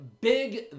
big